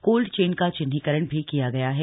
cold chain का चिह्नीकरण भी किया गया है